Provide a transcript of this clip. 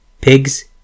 pigs